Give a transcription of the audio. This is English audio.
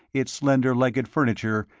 its slender-legged furniture,